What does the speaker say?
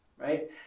right